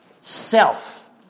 self